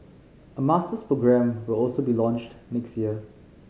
a masters programme will also be launched next year